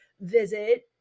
visit